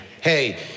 Hey